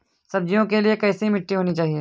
सब्जियों के लिए कैसी मिट्टी होनी चाहिए?